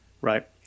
Right